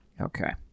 Okay